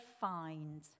find